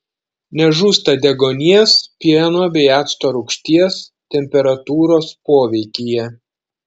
nežūsta deguonies pieno bei acto rūgšties temperatūros poveikyje